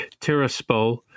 Tiraspol